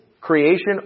creation